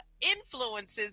influences